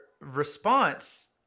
response